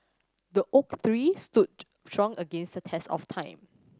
the oak tree stood strong against the test of time